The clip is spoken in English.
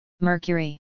Mercury